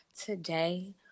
today